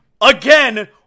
again